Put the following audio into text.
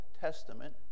Testament